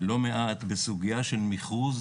לא מעט בסוגיה של מכרוז,